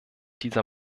dieser